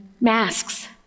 masks